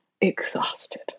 exhausted